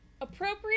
Appropriate